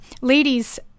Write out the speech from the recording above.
Ladies